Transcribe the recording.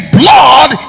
blood